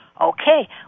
okay